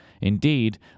Indeed